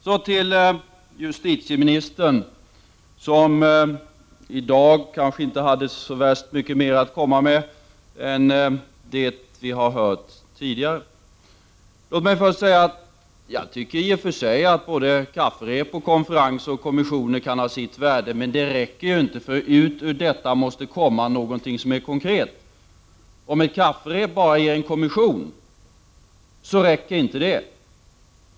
Så till justitieministern, som i dag kanske inte hade så värst mycket mer att komma med än det vi har hört tidigare. Låt mig först säga att jag i och för sig tycker att både kafferep, konferenser och kommissioner kan ha sitt värde. Men det räcker ju inte, för ut ur detta måste komma någonting konkret. Om ett kafferep bara ger en kommission, så räcker alltså inte det.